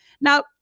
Now